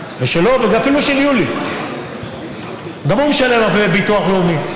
ושלו, ואפילו של יולי, גם הוא משלם ביטוח לאומי,